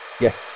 Yes